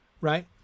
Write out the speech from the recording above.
Right